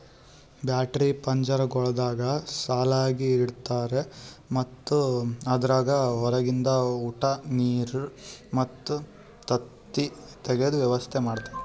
battery ಪಂಜರಗೊಳ್ದಾಗ್ ಸಾಲಾಗಿ ಇಡ್ತಾರ್ ಮತ್ತ ಅದುರಾಗ್ ಹೊರಗಿಂದ ಉಟ, ನೀರ್ ಮತ್ತ ತತ್ತಿ ತೆಗೆದ ವ್ಯವಸ್ತಾ ಮಾಡ್ಯಾರ